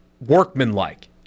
workmanlike